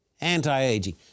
anti-aging